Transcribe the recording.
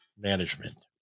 management